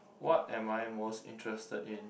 what am I most interested in